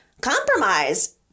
compromise